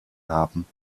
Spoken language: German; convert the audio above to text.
haben